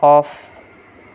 off